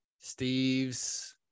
Steve's